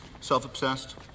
self-obsessed